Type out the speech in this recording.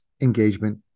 engagement